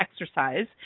exercise